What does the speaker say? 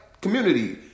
community